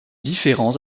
différends